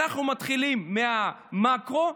אנחנו מתחילים מהמקרו.